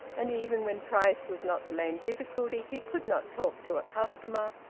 and even when price was not the main difficulty, he could not talk to a customer,